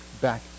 back